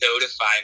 notify